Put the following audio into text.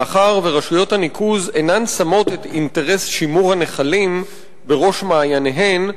מאחר שרשויות הניקוז אינן שמות את אינטרס שימור הנחלים בראש מעייניהן,